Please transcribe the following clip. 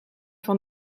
van